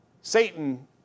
Satan